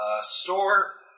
store